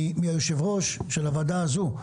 לפי היושב ראש של הוועדה הזו,